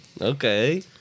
Okay